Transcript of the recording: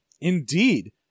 indeed